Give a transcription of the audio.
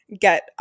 get